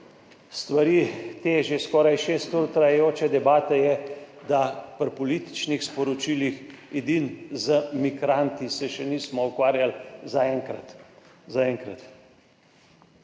stvari te že skoraj šest ur trajajoče debate je, da se pri političnih sporočilih edino z migranti še nismo ukvarjali, zaenkrat.